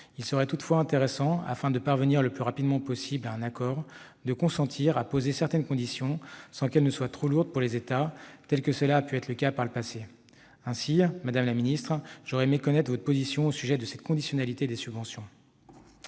Il serait toutefois intéressant, afin de parvenir le plus rapidement possible à un accord, de consentir à poser certaines conditions, sans qu'elles soient trop lourdes pour les États, comme cela a pu être le cas par le passé. Ainsi, madame la secrétaire d'État, j'aurais aimé connaître votre position au sujet de cette conditionnalité des subventions.